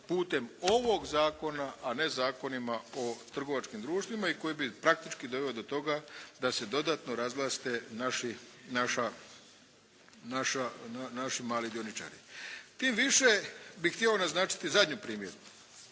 putem ovog Zakona, a ne zakonima o trgovačkim društvima i koji bi praktički doveo do toga da se dodatno razglase naši mali dioničari. Tim više bih htio naznačiti zadnju primjedbu,